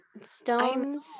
stones